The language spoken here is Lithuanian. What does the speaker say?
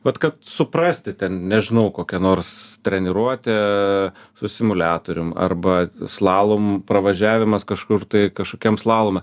vat kad suprasti ten nežinau kokia nors treniruotė su simuliatorium arba slalomo pravažiavimas kažkur tai kažkokiam slalome